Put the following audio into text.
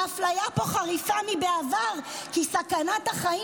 האפליה פה חריפה מבעבר כי סכנת החיים